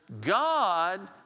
God